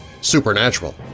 supernatural